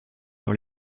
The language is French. sur